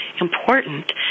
important